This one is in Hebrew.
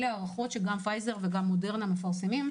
אלה הערכות שגם פייזר וגם מודרנה מפרסמים,